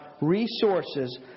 resources